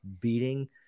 beating –